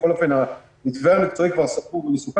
בכל אופן, המתווה הסופי כבר מסוכם.